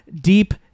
deep